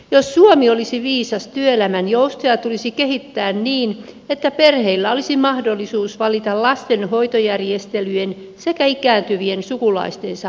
jos suomi olisi viisas työelämän joustoja tulisi kehittää niin että perheillä olisi mahdollisuus valita lasten hoitojärjestelyjen sekä ikääntyvien sukulaistensa huolehtimisen osalta